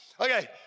Okay